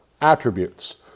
attributes